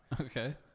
Okay